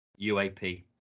UAP